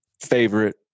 favorite